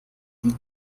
die